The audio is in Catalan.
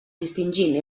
distingint